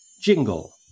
jingle